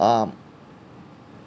um